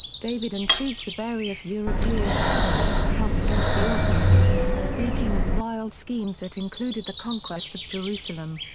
david intrigued with various european powers for help against the ottomans, speaking of wild schemes that included the conquest of jerusalem.